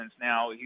now